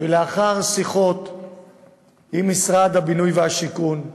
לאחר שיחות עם משרד הבינוי והשיכון,